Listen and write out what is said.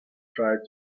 tried